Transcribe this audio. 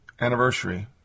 anniversary